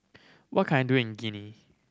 what can I do in Guinea